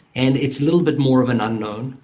and it's a little bit more of an unknown.